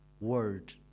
word